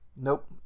nope